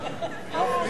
השנה.